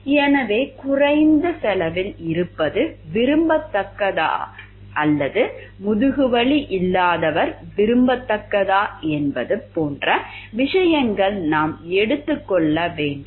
எனவே குறைந்த செலவில் இருப்பது விரும்பத்தக்கதா அல்லது முதுகுவலி இல்லாதவர் விரும்பத்தக்கதா என்பது போன்ற விஷயத்தை நாம் எடுத்துக் கொள்ள வேண்டுமா